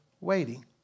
waiting